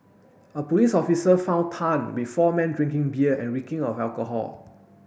a police officer found Tan with four men drinking beer and reeking of alcohol